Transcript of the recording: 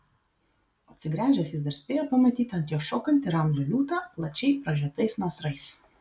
atsigręžęs jis dar spėjo pamatyti ant jo šokantį ramzio liūtą plačiai pražiotais nasrais